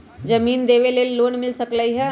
जमीन देवे से लोन मिल सकलइ ह?